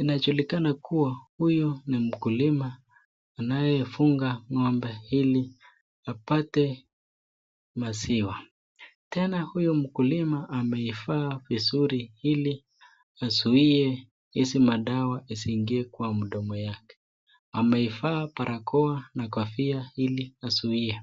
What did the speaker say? Inajulikana kuwa huyu ni mkulima anayefuga ng'ombe ili apate maziwa. Tena huyo mkulima amevaa vizuri ili azuie hizi madawa isiingie kwa mdomo yake. Amevaa barakoa na kofia ili azuie.